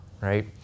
right